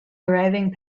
arriving